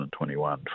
2021